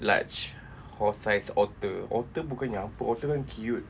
large horse-sized otter otter bukannya apa otter kan cute